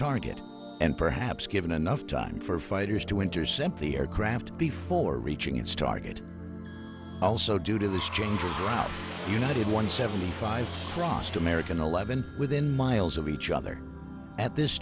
target and perhaps given enough time for fighters to intercept the aircraft before reaching its target also due to this change was united one seventy five crossed american eleven within miles of each other at this